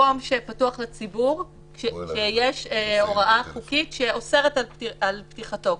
מקום שפתוח לציבור שיש הוראה חוקית שאוסרת על פתיחתו,